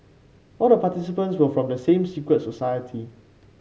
all the participants were from the same secret society